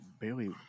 barely